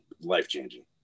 life-changing